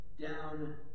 down